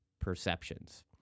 perceptions